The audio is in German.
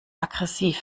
aggressiv